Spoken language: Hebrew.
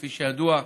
כפי שידוע,